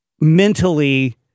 mentally